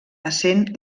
essent